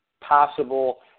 possible